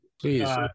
Please